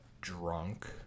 drunk